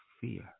fear